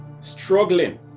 struggling